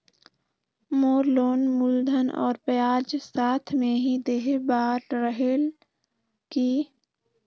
मोर loan मूलधन और ब्याज साथ मे ही देहे बार रेहेल की?